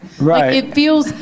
Right